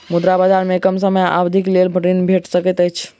मुद्रा बजार में कम समय अवधिक लेल ऋण भेट सकैत अछि